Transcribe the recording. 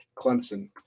Clemson